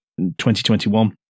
2021